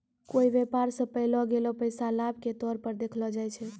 कोय व्यापार स पैलो गेलो पैसा लाभ के तौर पर देखलो जाय छै